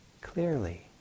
clearly